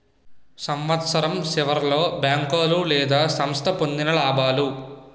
సంవత్సరం సివర్లో బేంకోలు లేదా సంస్థ పొందిన లాబాలు